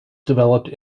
developed